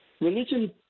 religion